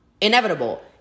inevitable